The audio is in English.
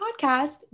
podcast